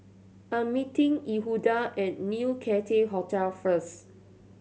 I'm meeting Yehuda at New Cathay Hotel first